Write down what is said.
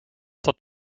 tot